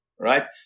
Right